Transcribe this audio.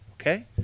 Okay